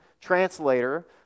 translator